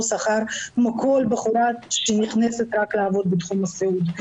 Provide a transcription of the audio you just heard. שכר כמו כל בחורה שנכנסת לעבוד בתחום הסיעוד.